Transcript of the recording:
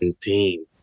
team